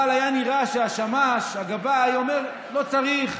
אבל היה נראה שהשמש, הגבאי, אומר: לא צריך,